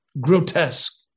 grotesque